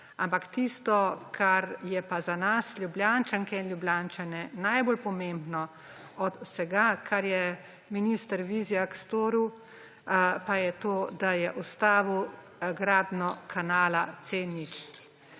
Ampak tisto, kar je pa za nas Ljubljančanke in Ljubljančane najbolj pomembno od vsega, kar je minister Vizjak storil, pa je to, da je ustavil gradnjo kanala C0.